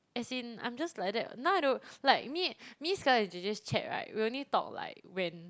as in I'm just like that now I don't like me me Scarlet and Jay Jay's chat right we only talk like when